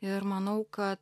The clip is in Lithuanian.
ir manau kad